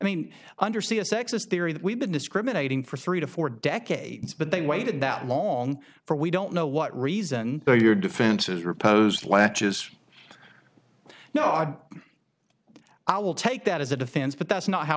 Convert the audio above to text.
sexist theory that we've been discriminating for three to four decades but they waited that long for we don't know what reason your defenses are opposed latches you know i'd i will take that as a defense but that's not how